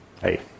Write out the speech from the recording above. hey